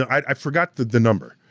i forgot the the number,